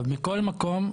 מכל מקום,